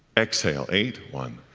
exhale, eight one,